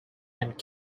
and